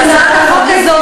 בערבית.